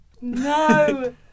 No